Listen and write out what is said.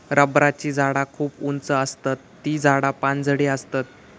रबराची झाडा खूप उंच आसतत ती झाडा पानझडी आसतत